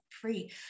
free